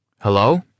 Hello